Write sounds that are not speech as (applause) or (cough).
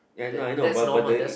ya I know I know but but the (noise)